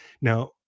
Now